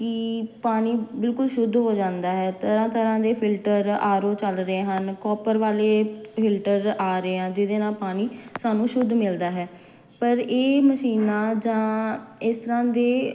ਕਿ ਪਾਣੀ ਬਿਲਕੁਲ ਸ਼ੁੱਧ ਹੋ ਜਾਂਦਾ ਹੈ ਤਰ੍ਹਾਂ ਤਰ੍ਹਾਂ ਦੇ ਫਿਲਟਰ ਆਰੋ ਚੱਲ ਰਹੇ ਹਨ ਕੋਪਰ ਵਾਲੇ ਫਿਲਟਰ ਆ ਰਹੇ ਆ ਜਿਹਦੇ ਨਾਲ ਪਾਣੀ ਸਾਨੂੰ ਸ਼ੁੱਧ ਮਿਲਦਾ ਹੈ ਪਰ ਇਹ ਮਸ਼ੀਨਾਂ ਜਾਂ ਇਸ ਤਰ੍ਹਾਂ ਦੇ